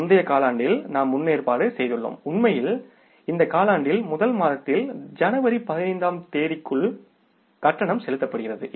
முந்தைய காலாண்டில் நாம் முன் ஏற்பாடு செய்துள்ளோம் உண்மையில் இந்த காலாண்டில் முதல் மாதத்தில் ஜனவரி 15 ஆம் தேதிக்குள் கட்டணம் செலுத்தப்படுகிறது